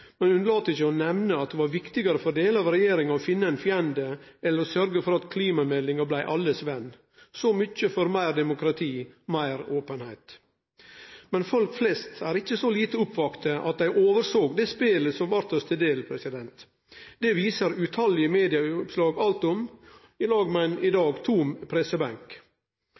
ein fiende enn å sørgje for at klimameldinga blei alles ven – så mykje for meir demokrati og meir openheit. Men folk flest er ikkje så lite oppvakte at dei oversåg det spelet som blei oss til del. Det viser tallause medieoppslag alt om, i lag med ein tom pressebenk i dag.